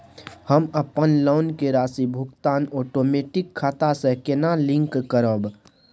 हम अपन लोन के राशि भुगतान ओटोमेटिक खाता से केना लिंक करब?